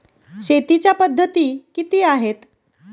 शेतीच्या पद्धती किती आहेत?